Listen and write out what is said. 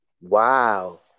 Wow